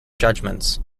judgements